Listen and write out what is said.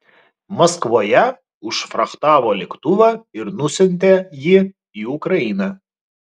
maskvoje užfrachtavo lėktuvą ir nusiuntė jį į ukrainą